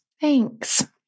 Thanks